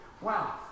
wow